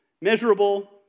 measurable